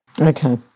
Okay